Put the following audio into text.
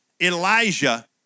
Elijah